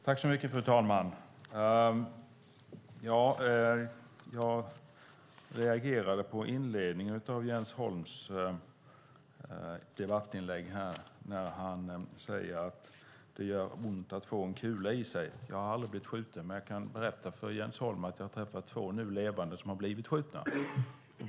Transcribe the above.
Fru talman! Jag reagerade på inledningen av Jens Holms debattinlägg. Han sade att det gör ont att få en kula i sig. Jag har aldrig blivit skjuten, men jag kan berätta för Jens Holm att jag har träffat två nu levande som har blivit skjutna.